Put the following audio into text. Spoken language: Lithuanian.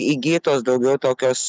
įgytos daugiau tokios